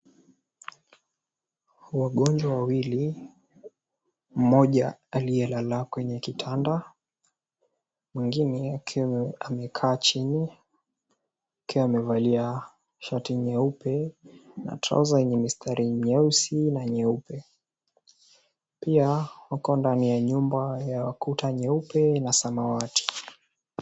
Wagonjwa wawili, mmoja aliyelala kwenye kitanda mwingine akiwa amekaa chini akiwa amevalia shati nyeupe na trouser yenye mistari mieusi na nyeupe . Pia huko ndani ya nyumba ya kuta nyeupe na samawati.